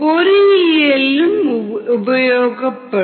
பொறியியலிலும்உபயோகிக்கப்படும்